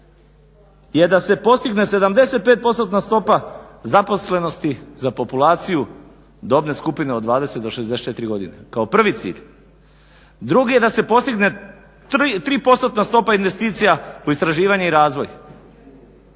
je da se postigne 75%-tna stopa zaposlenosti za populaciju dobne skupine 20-64 godine kao prvi cilj. Drugi je da se postigne 3%-tna stopa investicija u istraživanje i razvoj,